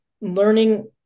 learning